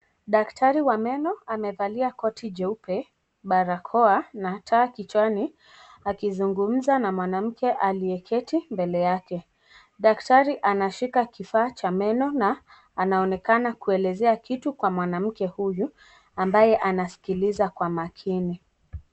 Daktari wa meno amevalia koti jeupe barakoa na taa kichwani akizungumza na mwanamke aliyeketi mbele yake . Daktari anashika kifaa cha meno na anaonekana akielezea kitu kwa mwanamke huyu ambaye anasikiliza kwa makini.